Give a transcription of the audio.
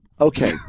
Okay